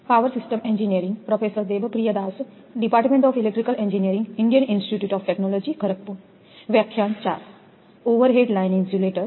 હવે તમારા ઉદાહરણ ચાર પર આવો